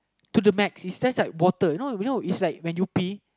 to the max it's just like water you know you know it's like when you pee